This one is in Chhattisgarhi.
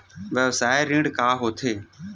व्यवसाय ऋण का होथे?